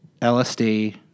LSD